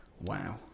wow